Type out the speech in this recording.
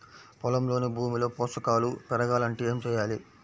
పొలంలోని భూమిలో పోషకాలు పెరగాలి అంటే ఏం చేయాలి?